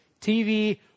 TV